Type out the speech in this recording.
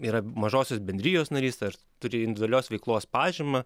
yra mažosios bendrijos narys ar turi individualios veiklos pažymą